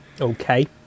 Okay